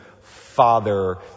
father